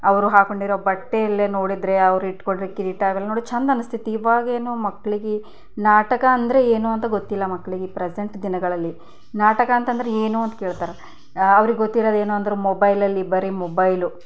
ಅವರು ಹಾಕೊಂಡಿರೋ ಬಟ್ಟೆಯಲ್ಲಿ ನೋಡಿದ್ರೆ ಅವ್ರಿಟ್ಕೊಂಡಿರೋ ಕಿರೀಟ ಅವೆಲ್ಲ ನೋಡಿದ್ರೆ ಚೆಂದನ್ನಿಸ್ತಿತ್ತು ಇವಾಗೇನು ಮಕ್ಕಳಿಗೆ ನಾಟಕ ಅಂದರೆ ಏನು ಅಂತ ಗೊತ್ತಿಲ್ಲ ಮಕ್ಕಳಿಗೆ ಈ ಪ್ರೆಸೆಂಟ್ ದಿನಗಳಲ್ಲಿ ನಾಟಕ ಅಂತಂದ್ರೇನು ಅಂತ ಕೇಳ್ತಾರ ಅವ್ರಿಗೆ ಗೊತ್ತಿರೋದೇನು ಅಂದ್ರೆ ಮೊಬೈಲಲ್ಲಿ ಬರೀ ಮೊಬೈಲು